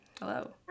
hello